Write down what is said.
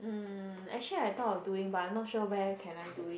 um actually I thought of doing but I'm not sure where can I do it